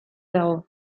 dago